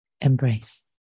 embrace